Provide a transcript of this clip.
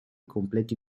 completi